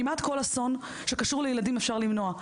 כי כמעט כל אסון שקשור לילדים אפשר למנוע.